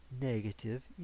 negative